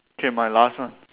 okay my last one